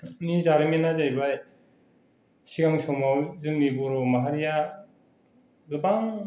नि जारिमिना जायैबाय सिगां समाव जोंनि बर' माहारिया गोबां